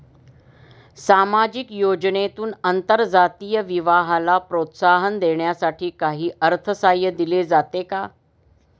सामाजिक योजनेतून आंतरजातीय विवाहाला प्रोत्साहन देण्यासाठी काही अर्थसहाय्य दिले जाते का?